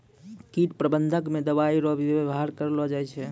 कीट प्रबंधक मे दवाइ रो भी वेवहार करलो जाय छै